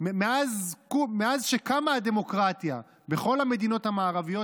שמאז שקמה הדמוקרטיה בכל המדינות המערביות